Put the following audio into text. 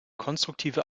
konstruktive